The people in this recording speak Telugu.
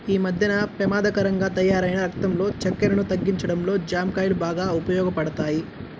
యీ మద్దెన పెమాదకరంగా తయ్యారైన రక్తంలో చక్కెరను తగ్గించడంలో జాంకాయలు బాగా ఉపయోగపడతయ్